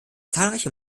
zahlreiche